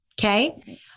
Okay